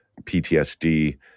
PTSD